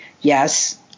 Yes